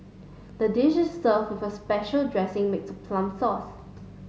the dish is served with a special dressing made of plum sauce